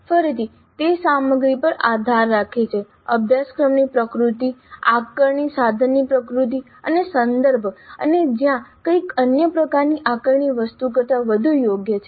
ફરીથી તે સામગ્રી પર આધાર રાખે છે અભ્યાસક્રમની પ્રકૃતિ આકારણી સાધનની પ્રકૃતિ અને સંદર્ભ અને જ્યાં કંઈક અન્ય પ્રકારની આકારણી વસ્તુ કરતાં વધુ યોગ્ય છે